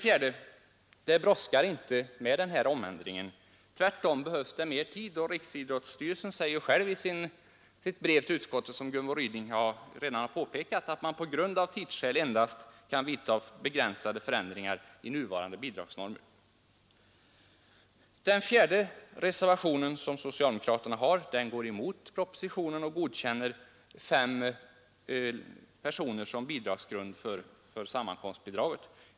4. Det brådskar inte med den här ändringen; tvärtom behövs det mer tid. Riksidrottsstyrelsen säger själv i sitt brev till utskottet, som Gunvor Ryding redan har påpekat, att man av tidsskäl endast kan vidta begränsade förändringar i nuvarande bidragsnormer. Den fjärde socialdemokratiska reservationen går emot propositionen och godkänner fem personer som bidragsgrund för sammankomstbidraget.